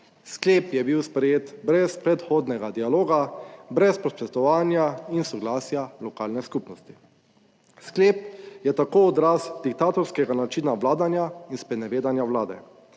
Sklep je bil sprejet brez predhodnega dialoga, brez spoštovanja in soglasja lokalne skupnosti. Sklep je tako odraz diktatorskega načina vladanja in sprenevedanja Vlade,